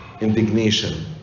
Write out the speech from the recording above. indignation